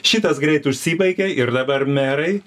šitas greit užsibaigė ir dabar merai